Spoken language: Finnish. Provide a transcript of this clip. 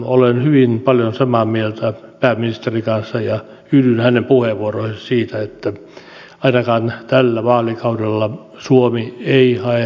olen hyvin paljon samaa mieltä pääministerin kanssa ja yhdyn häneen puheenvuoroihinsa siitä että ainakaan tällä vaalikaudella suomi ei hae nato jäsenyyttä